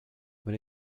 when